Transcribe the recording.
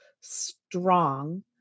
strong